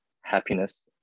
happiness